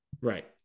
Right